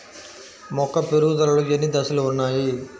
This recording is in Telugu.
మొక్క పెరుగుదలలో ఎన్ని దశలు వున్నాయి?